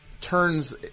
turns